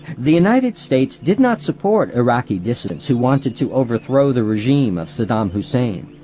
the united states did not support iraqi dissidents who wanted to overthrow the regime of saddam hussein.